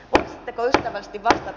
voisitteko ystävällisesti vastata